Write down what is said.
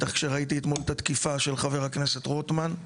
בטח כשראיתי אתמול את התקיפה של חבר הכנסת רוטמן,